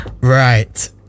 right